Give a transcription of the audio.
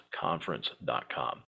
conference.com